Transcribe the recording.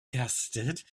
custard